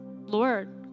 Lord